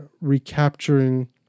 recapturing